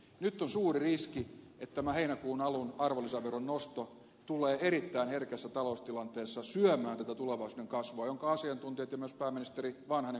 nyt on suuri riski että tämä heinäkuun alun arvonlisäveron nosto tulee erittäin herkässä taloustilanteessa syömään tätä tulevaisuuden kasvua minkä asiantuntijat ja myös pääministeri vanhanen kauppalehden haastattelussa tunnusti